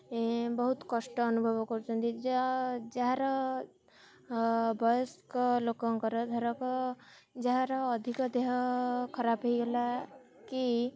ଏ ବହୁତ କଷ୍ଟ ଅନୁଭବ କରୁଛନ୍ତି ଯାହାର ବୟସ୍କ ଲୋକଙ୍କର ଧର ଯାହାର ଅଧିକ ଦେହ ଖରାପ ହୋଇଗଲା କି